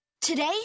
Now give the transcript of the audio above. Today